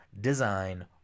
design